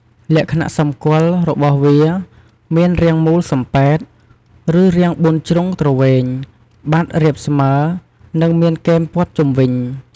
លក្ខណៈសម្គាល់របស់វា មានរាងមូលសំប៉ែត ឬរាងបួនជ្រុងទ្រវែង បាតរាបស្មើ និងមានគែមព័ទ្ធជុំវិញ។